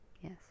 Yes